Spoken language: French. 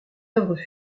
œuvre